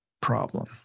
problem